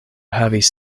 havis